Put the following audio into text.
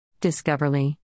discoverly